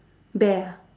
bear ah